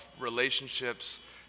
relationships